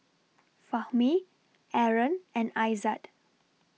Fahmi Aaron and Aizat